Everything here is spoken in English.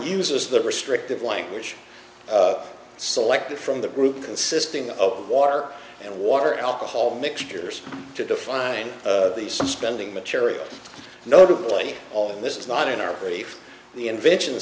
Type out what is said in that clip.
uses the restrictive language selected from the group consisting of water and water alcohol mixtures to define the suspending material notably all this is not in our brief the invention